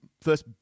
first